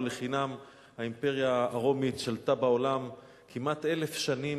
לא לחינם האימפריה הרומית שלטה בעולם כמעט אלף שנים,